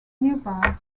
nearby